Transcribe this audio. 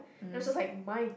that was just like my